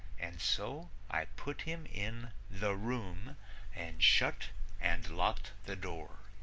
and so i put him in the room and shut and locked the door.